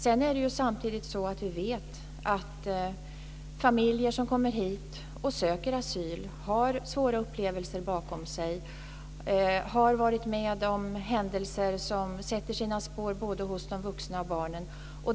Samtidigt är det så att vi vet att familjer som kommer hit och söker asyl har svåra upplevelser bakom sig. De har varit med om händelser som sätter sina spår hos både de vuxna och barnen.